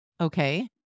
Okay